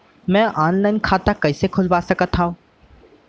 मैं ऑनलाइन खाता कइसे खुलवा सकत हव?